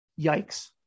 Yikes